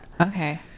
Okay